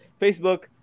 Facebook